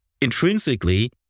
intrinsically